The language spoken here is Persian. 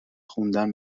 خوندن